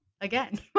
again